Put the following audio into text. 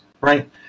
right